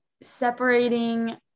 separating